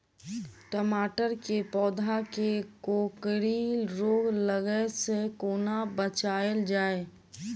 टमाटर केँ पौधा केँ कोकरी रोग लागै सऽ कोना बचाएल जाएँ?